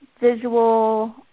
visual